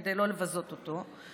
כדי לא לבזות אותו,